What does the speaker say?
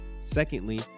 Secondly